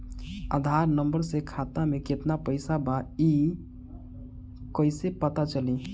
आधार number से खाता में केतना पईसा बा ई क्ईसे पता चलि?